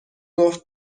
گفت